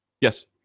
Yes